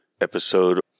episode